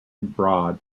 abroad